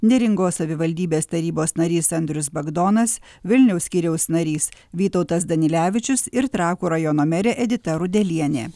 neringos savivaldybės tarybos narys andrius bagdonas vilniaus skyriaus narys vytautas danilevičius ir trakų rajono merė edita rudelienė